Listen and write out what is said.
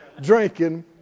drinking